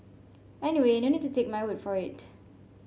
anyway no need to take my word for it